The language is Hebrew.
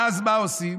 ואז, מה עושים?